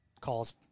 calls